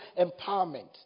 empowerment